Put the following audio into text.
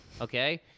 Okay